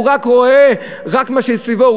הוא רואה רק מה שסביבו.